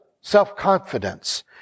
self-confidence